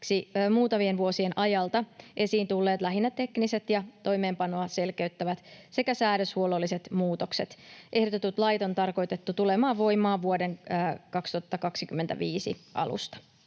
muutamien vuosien ajalta esiin tulleet lähinnä tekniset ja toimeenpanoa selkeyttävät sekä säädöshuollolliset muutokset. Ehdotetut lait on tarkoitettu tulemaan voimaan vuoden 2025 alusta.